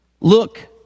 Look